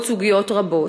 ועוד סוגיות רבות.